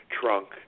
trunk